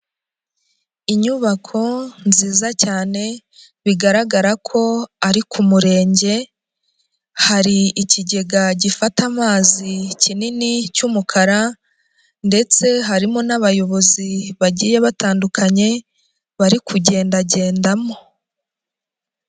Inyubako nziza cyane bigaragara ko ari ku murenge, hari ikigega gifata amazi kinini cy'umukara ndetse harimo n'abayobozi bagiye batandukanye bari kugendagendamo.